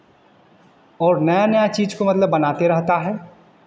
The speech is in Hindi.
और नया नया चीज़ को मतलब बनाते रहता है